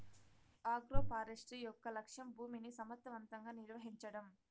agroforestry యొక్క లక్ష్యం భూమిని సమర్ధవంతంగా నిర్వహించడం